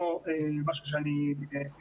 וזה לא משהו שאני הכרתי,